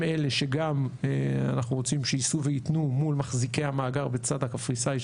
הם אלה שגם אנחנו רוצים שיישאו ויתנו מול מחזיקי המאגר בצד הקפריסאי,